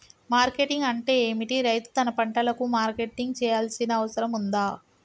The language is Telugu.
మార్కెటింగ్ అంటే ఏమిటి? రైతు తన పంటలకు మార్కెటింగ్ చేయాల్సిన అవసరం ఉందా?